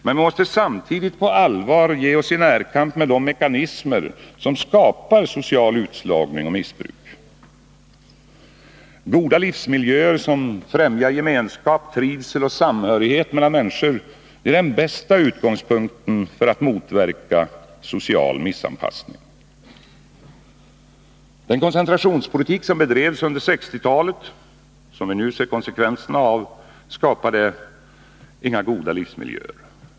Men vi måste samtidigt på allvar ge oss i närkamp med de mekanismer som skapar social utslagning och missbruk. Goda livsmiljöer som främjar gemenskap, trivsel och samhörighet mellan människor är den bästa utgångspunkten för att motverka social missanpassning. Den koncentrationspolitik som bedrevs under 1960-talet och som vi nu ser konsekvenserna av skapade inga goda livsmiljöer.